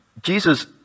Jesus